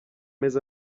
mes